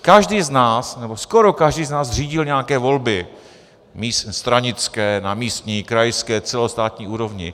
Každý z nás nebo skoro každý z nás řídil nějaké volby místní, stranické, na místní, krajské, celostátní úrovni.